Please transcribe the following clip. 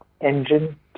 engine